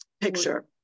picture